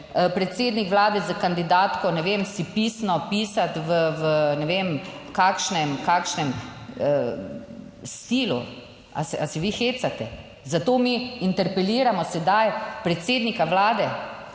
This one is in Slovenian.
predsednik Vlade s kandidatko ne vem, si pisno pisati v ne vem kakšnem stilu. Ali se vi hecate? Zato mi interpeliramo sedaj predsednika Vlade,